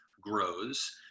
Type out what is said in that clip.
grows